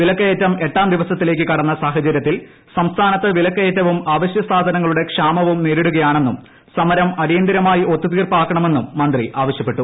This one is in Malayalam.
വിലക്കയറ്റും എട്ടാം ദിവസത്തിലേക്ക് കടന്ന സാഹചരൃത്തിൽ സംസ്ഥാനത്ത് വിലക്കയറ്റവും അവശൃസാധനങ്ങളുടെ ക്ഷാമവും നേരിടുകയാണെന്നും സമരം അടിയന്തരമായി ഒത്തുതീർപ്പാക്കണമെന്നും മന്ത്രി ആവശ്യപ്പെട്ടു